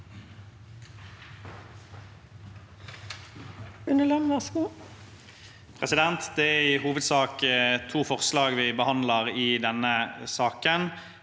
Det er i hovedsak to forslag vi behandler i denne saken.